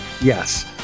Yes